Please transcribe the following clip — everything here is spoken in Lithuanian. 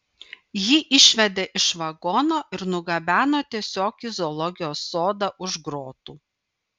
jį išvedė iš vagono ir nugabeno tiesiog į zoologijos sodą už grotų